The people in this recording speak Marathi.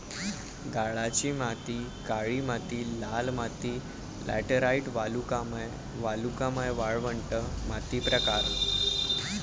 गाळाची माती काळी माती लाल माती लॅटराइट वालुकामय वालुकामय वाळवंट माती प्रकार